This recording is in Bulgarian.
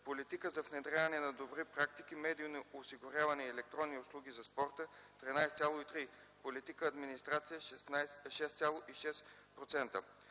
политика за внедряване на добри практики, медиини осигурявания и електронни услуги за спорта – 13,3% и политика „Администрация” – 6,6%.